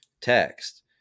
text